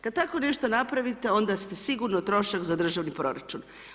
Kada tako nešto napravite onda ste sigurno trošak za državni proračun.